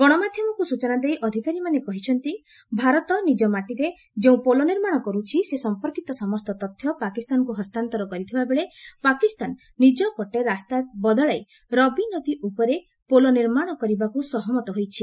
ଗଶମାଧ୍ୟମକୁ ସୂଚନା ଦେଇ ଅଧିକାରୀମାନେ କହିଛନ୍ତି ଭାରତ ନିଜ ମାଟିରେ ଯେଉଁ ପୋଲ ନିର୍ମାଣ କରୁଛି ସେ ସମ୍ପର୍କୀତ ସମସ୍ତ ତଥ୍ୟ ପାକିସ୍ତାକୁ ହସ୍ତାନ୍ତର କରିଥିବାବେଳେ ପାକିସ୍ତାନ ନିଜ ପଟେ ରାସ୍ତା ବଦଳାଇ ରବିନଦୀ ଉପରେ ପୋଲ ନିର୍ମାଣ କରିବାକୁ ସହମତ ହୋଇଛି